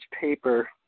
paper